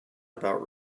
about